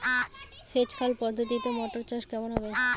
সেচ খাল পদ্ধতিতে মটর চাষ কেমন হবে?